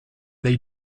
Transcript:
they